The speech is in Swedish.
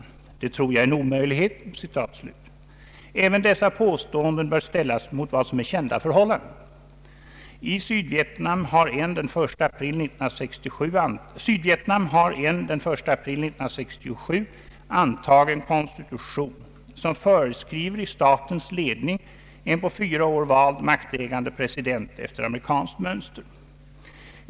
Det tror jag är en omöjlighet.” även dessa påståenden bör ställas mot vad som är kända förhållanden. Sydvietnam har en den 1 april 1967 antagen konstitution som föreskriver i statens ledning en på fyra år vald maktägande president efter amerikanskt mönster.